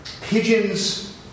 pigeons